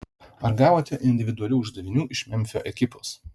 ar gavote individualių uždavinių iš memfio ekipos